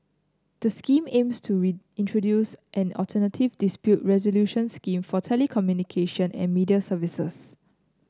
the Scheme aims to introduce an alternative dispute resolution scheme for telecommunication and media services